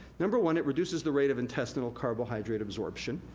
number one, it reduces the rate of intestinal carbohydrate absorption.